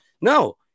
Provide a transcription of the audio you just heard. No